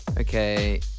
okay